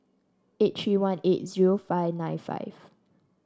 eight three one eight zero five nine five